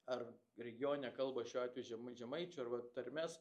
ar regioninę kalbą šiuo atveju žemaič žemaičių arba tarmes